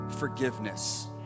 forgiveness